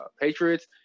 Patriots